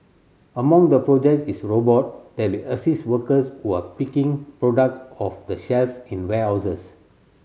among the projects is robot that will assist workers who are picking products off the shelf in warehouses